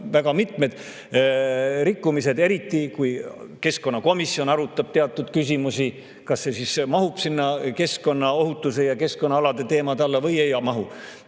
väga mitmed rikkumised. Näiteks kui keskkonnakomisjon arutab teatud küsimusi, kas see siis mahub sinna keskkonnaohutuse ja muude keskkonnateemade alla või ei mahu?